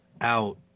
out